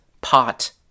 Pot